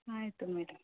ಆಯಿತು ಮೇಡಮ್